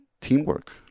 teamwork